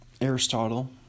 Aristotle